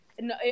No